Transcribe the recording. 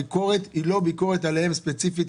הביקורת היא לא ביקורת עליהם ספציפית